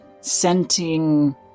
scenting